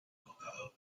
condado